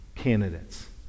Candidates